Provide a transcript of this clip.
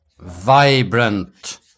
vibrant